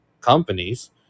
companies